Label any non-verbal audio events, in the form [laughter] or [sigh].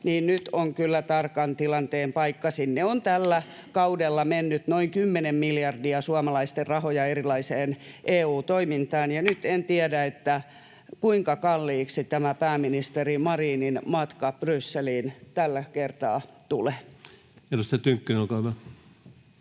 niin nyt on kyllä tarkan tilanteen paikka. Sinne on tällä kaudella mennyt noin kymmenen miljardia suomalaisten rahoja erilaiseen EU-toimintaan, [noise] ja nyt en tiedä, kuinka kalliiksi tämä pääministeri Marinin matka Brysseliin tällä kertaa tulee. [Speech 202] Speaker: